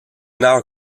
now